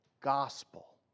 gospel